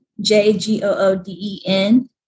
J-G-O-O-D-E-N